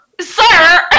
Sir